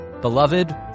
beloved